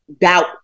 doubt